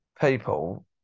people